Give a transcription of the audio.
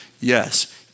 yes